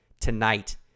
tonight